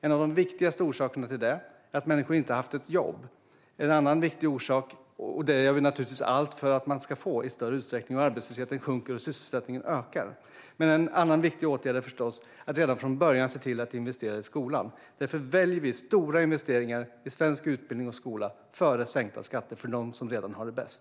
En av de viktigaste orsakerna är att människor inte har haft något jobb. Det gör vi naturligtvis allt för att människor ska få i större utsträckning, och arbetslösheten sjunker och sysselsättningen ökar. En annan viktig åtgärd är förstås att redan från början se till att investera i skolan. Därför väljer vi stora investeringar i svensk utbildning och skola före sänkta skatter för dem som redan har det bäst.